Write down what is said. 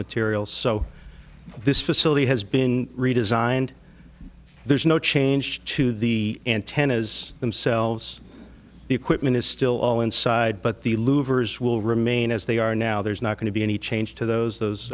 material so this facility has been redesigned there's no change to the antennas themselves the equipment is still all inside but the louvers will remain as they are now there's not going to be any change to those those